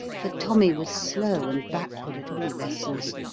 for tommy was slow and backward at all lessons.